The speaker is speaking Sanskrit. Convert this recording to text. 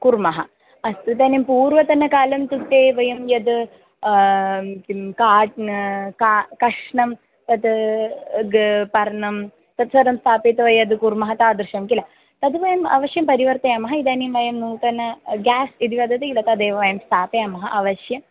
कुर्मः अस्तु इदानीं पूर्वतनकालस्य कृते वयं यद् किं काट् का कष्नं तत् ग् पर्णं तत् सर्वं स्थापयित्वा यद् कुर्मः तादृशं किल तद् वयम् अवश्यं परिवर्तयामः इदानीं वयं नूतनं गेस् यदि वदति किल तदेव वयं स्थापयामः अवश्यम्